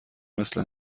مثل